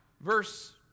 verse